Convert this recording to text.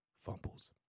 fumbles